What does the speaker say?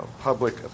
public